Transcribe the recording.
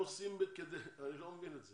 עושים כדי אני לא מבין את זה.